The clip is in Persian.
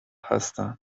هستن